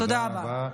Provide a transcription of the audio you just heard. תודה רבה.